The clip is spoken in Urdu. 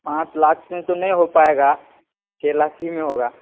پانچ لاکھ میں تو نہیں ہو پائے گا چھ لاکھ ہی میں ہوگا